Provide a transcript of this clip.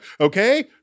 Okay